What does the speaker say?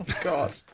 God